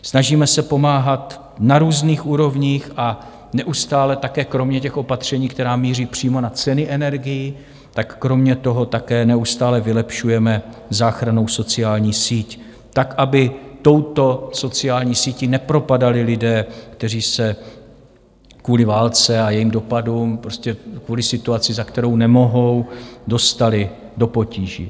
Snažíme se pomáhat na různých úrovních a neustále také kromě těch opatření, která míří přímo na ceny energií, tak kromě toho také neustále vylepšujeme záchrannou sociální síť tak, aby touto sociální sítí nepropadali lidé, kteří se kvůli válce a jejím dopadům prostě kvůli situaci, za kterou nemohou, dostali do potíží.